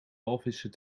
walvissen